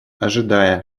ожидая